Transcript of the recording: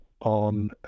on